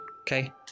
Okay